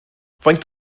faint